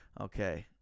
Okay